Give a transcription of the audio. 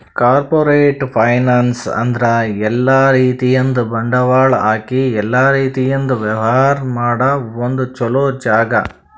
corporate finance ಅಂದ್ರ ಎಲ್ಲಾ ರೀತಿಯಿಂದ್ ಬಂಡವಾಳ್ ಹಾಕಿ ಎಲ್ಲಾ ರೀತಿಯಿಂದ್ ವ್ಯವಹಾರ್ ಮಾಡ ಒಂದ್ ಚೊಲೋ ಜಾಗ